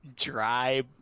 Dry